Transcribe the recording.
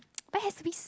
but has to be s~